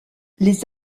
les